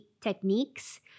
techniques